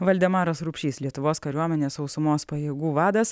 valdemaras rupšys lietuvos kariuomenės sausumos pajėgų vadas